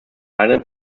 islands